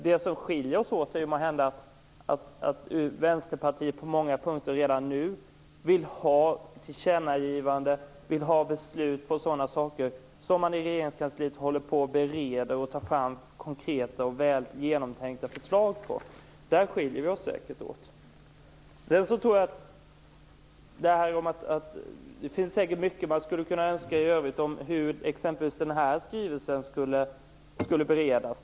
Det som skiljer oss åt är måhända att Vänsterpartiet på många punkter redan nu vill ha tillkännagivanden och beslut om sådana saker som man i Regeringskansliet håller på att bereda och ta fram väl genomtänkta förslag om. Där skiljer vi oss säkert åt. Det finns säkert mycket man skulle kunna önska i övrigt om hur exempelvis den här skrivelsen skulle ha beretts.